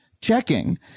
checking